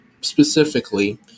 specifically